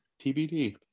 TBD